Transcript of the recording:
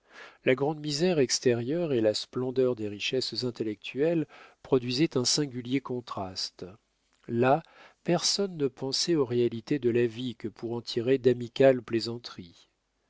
la grande misère extérieure et la splendeur des richesses intellectuelles produisaient un singulier contraste là personne ne pensait aux réalités de la vie que pour en tirer d'amicales plaisanteries